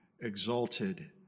exalted